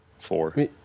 Four